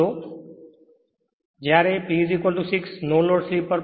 તેથી જ્યારે P 6 નો લોડ સ્લિપ પર 0